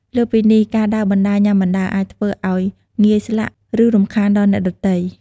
លើសពីនេះ ការដើរបណ្តើរញ៉ាំបណ្តើរ អាចធ្វើឲ្យងាយស្លាក់ ឬរំខានដល់អ្នកដទៃ។